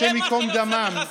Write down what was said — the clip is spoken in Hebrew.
השם ייקום דמם,